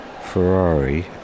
Ferrari